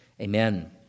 Amen